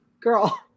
girl